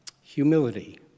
humility